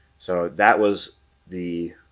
so that was the